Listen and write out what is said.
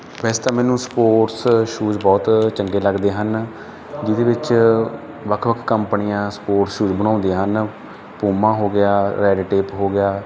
ਵੈਸੇ ਤਾਂ ਮੈਨੂੰ ਸਪੋਰਟਸ ਸ਼ੂਜ ਬਹੁਤ ਚੰਗੇ ਲੱਗਦੇ ਹਨ ਜਿਹਦੇ ਵਿੱਚ ਵੱਖ ਵੱਖ ਕੰਪਨੀਆਂ ਸਪੋਰਟਸ ਸ਼ੂਜ ਬਣਾਉਂਦੀਆਂ ਹਨ ਪੂਮਾ ਹੋ ਗਿਆ ਰੈਡ ਟੇਪ ਹੋ ਗਿਆ